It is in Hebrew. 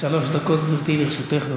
שלוש דקות לרשותך, גברתי.